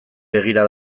begira